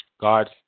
God